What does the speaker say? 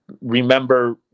remember